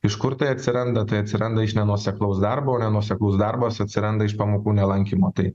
iš kur tai atsiranda tai atsiranda iš nenuoseklaus darbo ir nenuoseklus darbas atsiranda iš pamokų nelankymo tai